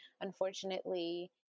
unfortunately